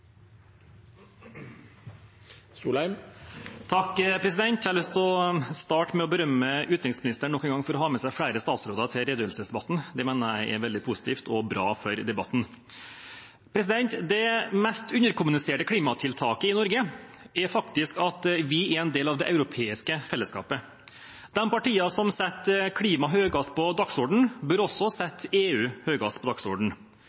Jeg har lyst å starte med å berømme utenriksministeren nok en gang for å ha med seg flere statsråder til redegjørelsesdebatten. Det mener jeg er veldig positivt og bra for debatten. Det mest underkommuniserte klimatiltaket i Norge er faktisk at vi er en del av det europeiske fellesskapet. De partiene som setter klimaet høyest på dagsordenen, bør også sette EU høyest på